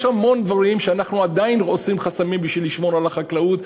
יש המון דברים שבהם אנחנו עדיין עושים חסמים בשביל לשמור על החקלאות,